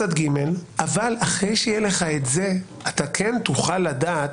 אבל אחרי שיהיה לך את זה, אתה כן תוכל לדעת